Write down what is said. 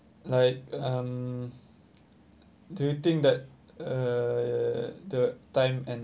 like um do you think that uh the time and